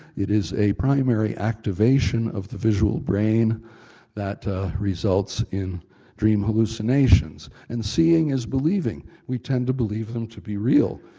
it is a primary activation of the visual brain that results in dream hallucinations. and seeing is believing. we tend to believe them to be real,